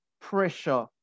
pressure